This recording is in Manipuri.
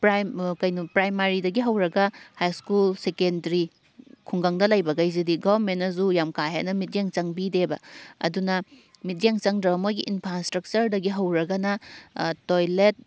ꯄ꯭ꯔꯥꯏꯝ ꯀꯩꯅꯣ ꯄ꯭ꯔꯥꯏꯃꯥꯔꯤꯗꯒꯤ ꯍꯧꯔꯒ ꯍꯥꯏ ꯁ꯭ꯀꯨꯜ ꯁꯦꯀꯦꯟꯗꯔꯤ ꯈꯨꯡꯒꯪꯗ ꯂꯩꯕꯈꯩꯁꯤꯗꯤ ꯒꯣꯔꯃꯦꯟꯅꯁꯨ ꯌꯥꯝ ꯀꯥ ꯍꯦꯟꯅ ꯃꯤꯠꯌꯦꯡ ꯆꯪꯕꯤꯗꯦꯕ ꯑꯗꯨꯅ ꯃꯤꯠꯌꯦꯡ ꯆꯪꯗ꯭ꯔꯒ ꯃꯣꯏꯒꯤ ꯏꯟꯐ꯭ꯔꯥ ꯏꯁꯇ꯭ꯔꯛꯆꯔꯗꯒꯤ ꯍꯧꯔꯒꯅ ꯇꯣꯏꯂꯦꯠ